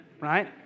right